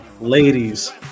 ladies